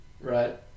right